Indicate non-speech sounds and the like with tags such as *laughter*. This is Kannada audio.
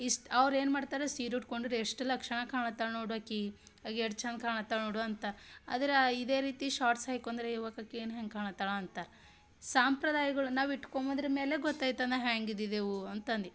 ಇಷ್ಟ ಅವ್ರೇನು ಮಾಡ್ತಾರೆ ಸೀರೆ ಉಟ್ಕೊಂಡರು ಎಷ್ಟು ಲಕ್ಷಣ ಕಾಣತ್ತಾಳೆ ನೋದು ಆಕಿ ಆಕಿ ಎಷ್ಟ್ ಚಂದ ಕಾಣತ್ತಾಳೆ ನೋಡು ಅಂತ ಆದ್ರೆ ಇದೇ ರೀತಿ ಶಾಟ್ಸ್ ಹೈಕೊಂದ್ರೆ *unintelligible* ಏನು ಹೆಂಗೆ ಕಾಣತ್ತಾಳೆ ಅಂತಾರೆ ಸಂಪ್ರದಾಯಗಳು ನಾವು ಇಟ್ಕೊ ಬಂದ್ರ ಮೇಲೆ ಗೊತ್ತಾಯ್ತದೆ ನಾವು ಹ್ಯಾಂಗೆ ಇದ್ದಿದ್ದೆವು ಅಂತ ಅಂದು